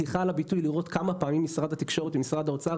ולראות כמה פעמים משרד התקשורת ומשרד האוצר